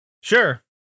Sure